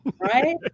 right